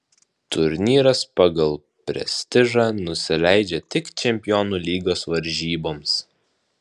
turnyras pagal prestižą nusileidžia tik čempionų lygos varžyboms